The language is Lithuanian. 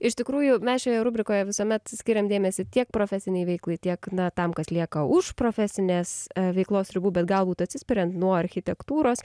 iš tikrųjų mes šioje rubrikoje visuomet skiriam dėmesį tiek profesinei veiklai tiek na tam kas lieka už profesinės veiklos ribų bet galbūt atsispiriant nuo architektūros